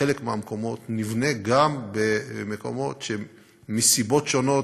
בחלק מהמקומות נבנה גם במקומות שמסיבות שונות